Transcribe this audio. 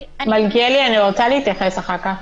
מלכיאלי, אני רוצה להתייחס אחר כך.